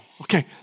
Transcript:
Okay